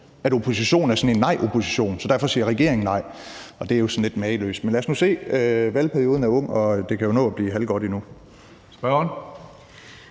at oppositionen er sådan en nej-opposition. Så derfor siger regeringen nej, og det er jo sådan lidt mageløst, men lad os nu se. Valgperioden er ung, og det kan jo nå at blive halvgodt endnu.